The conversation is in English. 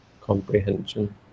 comprehension